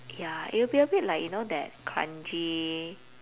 ya it will be a bit like you know that kranji